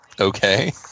Okay